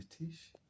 British